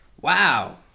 wow